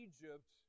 Egypt